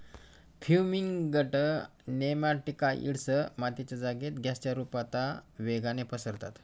fumigant nematicides मातीच्या जागेत गॅसच्या रुपता वेगाने पसरतात